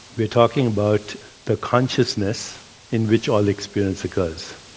we're talking about the consciousness in which all experience occurs.